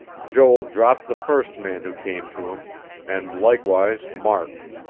joel dropped the first man who came to him and likewise mark.